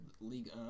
league